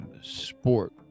sport